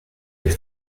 les